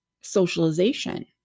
socialization